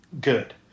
good